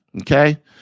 Okay